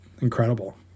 incredible